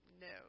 no